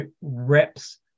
reps